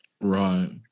Right